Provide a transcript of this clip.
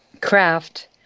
craft